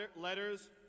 Letters